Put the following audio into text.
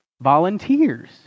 volunteers